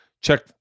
check